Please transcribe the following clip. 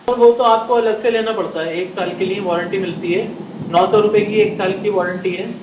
سر وہ تو آپ کو الگ سے لینا پڑتا ہے ایک سال کے لیے وارنٹی ملتی ہے نو سو روپئے کی ایک سال کی وارنٹی ہے